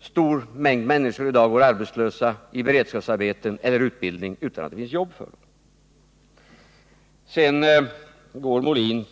stor mängd människor i dag går arbetslösa, i beredskapsarbeten eller utbildning därför att det inte finns jobb för dem.